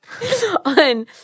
On